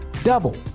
Double